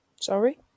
Sorry